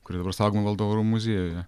kuri dabar saugoma valdovų rūmų muziejuje